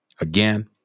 Again